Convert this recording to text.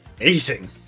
amazing